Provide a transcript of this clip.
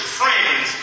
friends